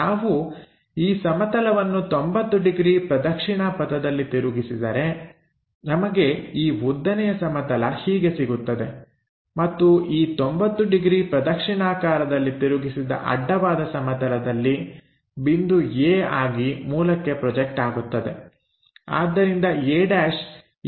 ನಾವು ಈ ಸಮತಲವನ್ನು 90 ಡಿಗ್ರಿ ಪ್ರದಕ್ಷಿಣಾ ಪಥದಲ್ಲಿ ತಿರುಗಿಸಿದರೆ ನಮಗೆ ಈ ಉದ್ದನೆಯ ಸಮತಲ ಹೀಗೆ ಸಿಗುತ್ತದೆ ಮತ್ತು ಈ 90 ಡಿಗ್ರಿ ಪ್ರದಕ್ಷಿಣಾಕಾರದಲ್ಲಿ ತಿರುಗಿಸಿದ ಅಡ್ಡವಾದ ಸಮತಲದಲ್ಲಿ ಬಿಂದು a ಆಗಿ ಮೂಲಕ್ಕೆ ಪ್ರೊಜೆಕ್ಟ್ ಆಗುತ್ತದೆ